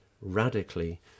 radically